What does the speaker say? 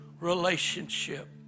relationship